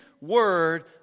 Word